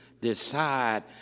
decide